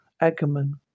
Ackerman